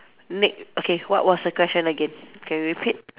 ne~ okay what was the question again can repeat